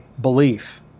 belief